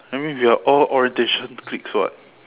I mean we are all orientation cliques [what]